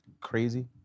crazy